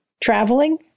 traveling